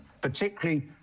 particularly